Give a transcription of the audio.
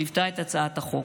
שליוותה את הצעת החוק.